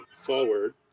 forward